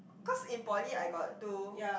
cause in poly I got do